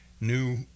new